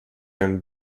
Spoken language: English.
and